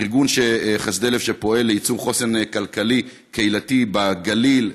ארגון חסדי לב פועל ליצור חוסן כלכלי קהילתי בגליל,